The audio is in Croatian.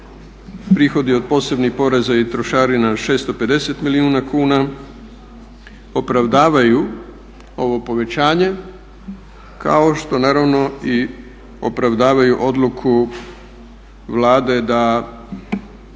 prohodi od posebnih poreza i trošarina 650 milijuna kuna, opravdavaju ovo povećanje kao što naravno i opravdavaju odluku Vlade da